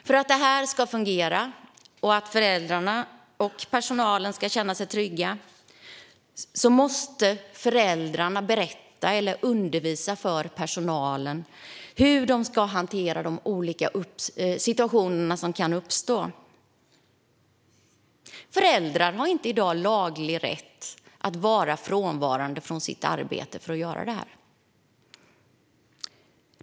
För att det ska fungera och för att föräldrarna och personalen ska känna sig trygga måste föräldrarna berätta för eller undervisa personalen i hur den ska hantera de olika situationer som kan uppstå. Föräldrar har inte i dag laglig rätt att vara frånvarande från sitt arbete för att göra det.